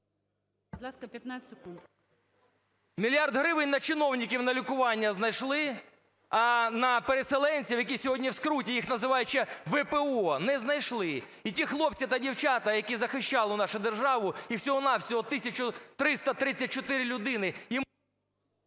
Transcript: Мільярд гривень на чиновників на лікування знайшли, а на переселенців, які сьогодні в скруті, їх називають ще ВПО, не знайшли. І ті хлопці та дівчата, які захищали нашу державу, їх всього-на-всього 1 тисячу 334 людини…